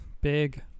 Big